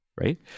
right